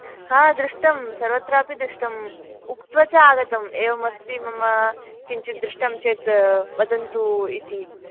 आम् दृष्टं सर्वत्रापि दृष्टम् उक्त्वा च आगतम् एवम् अस्ति मम किञ्चित् दृष्टं चेत् वदन्तु इति